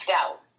out